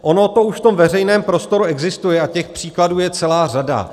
Ono to už v tom veřejném prostoru existuje a těch příkladů je celá řada.